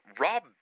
Rob